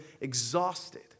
exhausted